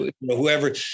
whoever